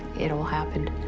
it all happened.